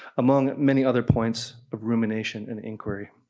among many other points of rumination and inquiry.